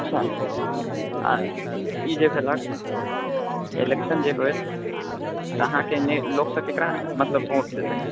अच्छा आओर ई जे भेलक इलेक्शन जे होइत तऽ अहाँके एन्ने लोक सभ ककरा मतलब वोट देतै